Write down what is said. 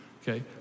Okay